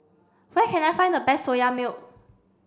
where can I find the best soya milk